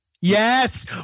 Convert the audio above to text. Yes